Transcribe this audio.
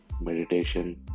meditation